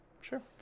sure